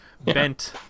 bent